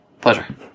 pleasure